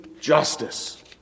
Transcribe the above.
justice